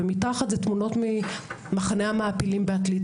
ומתחת אלה תמונות ממחנה המעפילים בעתלית.